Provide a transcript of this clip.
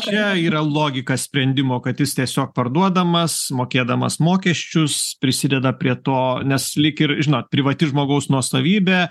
čia yra logika sprendimo kad jis tiesiog parduodamas mokėdamas mokesčius prisideda prie to nes lyg ir žinot privati žmogaus nuosavybė